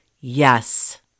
Yes